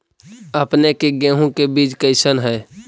अपने के गेहूं के बीज कैसन है?